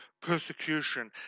persecution